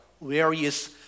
various